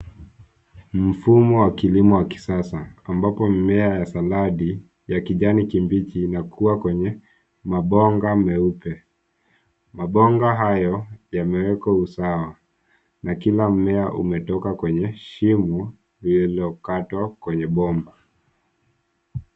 Mfumo wa kilimo wa kisasa ambapo mimea ya saladi ya kijani kibichi yanakua kwenye mabomba meupe. Mabomba hayo yamewekwa usawa na kila mmea umetoka kwenye shimo lililokatwa kwenye bomba.